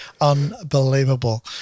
unbelievable